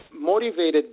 motivated